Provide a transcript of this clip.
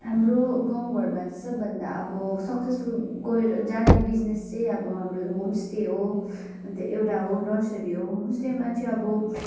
हाम्रो गाउँघरमा सबभन्दा अब सक्सेसफुल गएर जाने बिजनेस चाहिँ अब हाम्रो होमस्टे हो अन्त एउटा हो नर्सरी हो होमस्टेमा चाहिँ अब